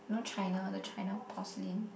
you know China the China porcelain